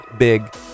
big